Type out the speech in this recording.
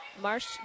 Marsh